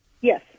Yes